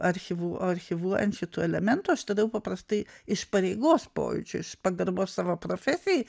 archyvu archyvuojant šitų elementų aš tada jau paprastai iš pareigos pojūčio iš pagarbos savo profesijai